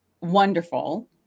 wonderful